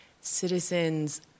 citizens